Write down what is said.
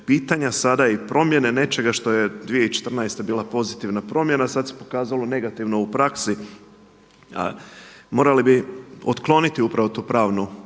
pitanja sada i promjene nečega što je 2014. bila pozitivna promjena, sada se pokazalo negativno u praksi, a morali bi otkloniti upravo tu pravnu